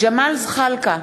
ג'מאל זחאלקה,